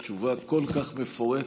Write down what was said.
אחרי תשובה כל כך מפורטת,